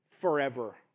forever